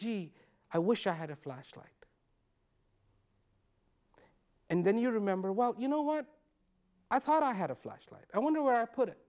gee i wish i had a flashlight and then you remember well you know what i thought i had a flashlight i want to wear put it